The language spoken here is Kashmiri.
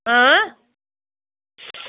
اۭں